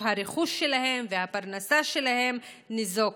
הרכוש שלהם והפרנסה שלהם ניזוקו.